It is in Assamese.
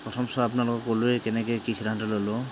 প্ৰথমচোৱা আপোনালোকক ক'লোঁৱেই কেনেকৈ কি সিদ্ধান্ত ললোঁ